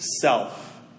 self